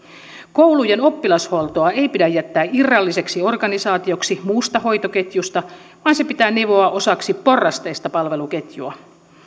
koulujen oppilashuoltoa ei pidä jättää irralliseksi organisaatioksi muusta hoitoketjusta vaan se pitää nivoa osaksi porrasteista palveluketjua